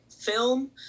film